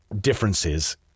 differences